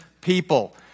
people